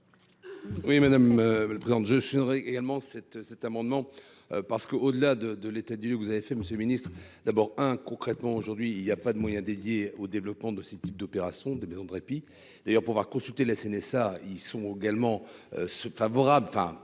Oui, madame le président, je serai également cet cet amendement parce qu'au-delà de de l'état du vous avez fait, monsieur le Ministre, d'abord un concrètement aujourd'hui il y a pas de moyens dédiés au développement de ce type d'opération de maisons de répit d'ailleurs pouvoir consulter la CNSA, ils sont Hog allemand se favorable, enfin